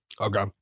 Okay